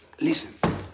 Listen